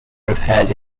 repairs